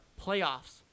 playoffs